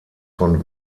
von